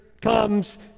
comes